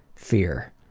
fear.